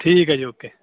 ਠੀਕ ਹੈ ਜੀ ਓਕੇ